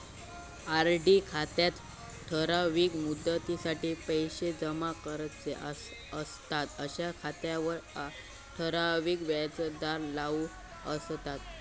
RD खात्यात ठराविक मुदतीसाठी पैशे जमा करूचे असतंत अशा खात्यांवर ठराविक व्याजदर लागू असता